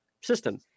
system